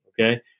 Okay